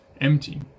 empty